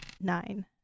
nine